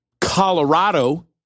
Colorado